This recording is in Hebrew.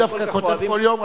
אני דווקא כותב כל יום,